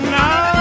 now